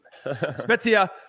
Spezia